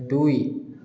দুই